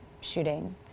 shooting